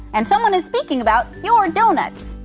and someone is speaking about your donuts.